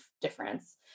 difference